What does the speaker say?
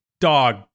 dog